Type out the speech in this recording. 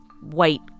white